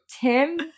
Tim